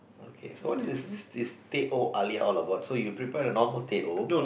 okay so what is this this this that all about so you prepare a normal teh O